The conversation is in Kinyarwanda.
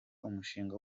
umushinga